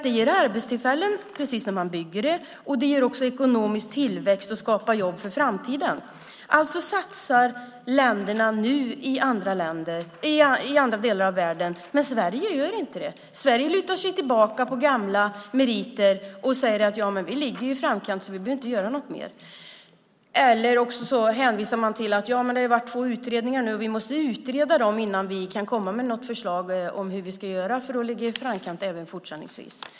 Det ger arbetstillfällen precis när man bygger det, och det ger också ekonomisk tillväxt och skapar jobb för framtiden. Alltså satsar länderna nu i andra delar av världen, men Sverige gör inte det. Sverige lutar sig tillbaka på gamla meriter och säger: Ja, men vi ligger ju i framkant, så vi behöver inte göra något mer! Eller också hänvisar man till att det har varit två utredningar nu och att man måste utreda dem innan man kan komma med något förslag om hur vi ska göra för att ligga i framkant även fortsättningsvis.